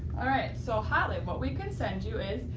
alright, so holly what we can send you is,